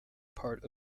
part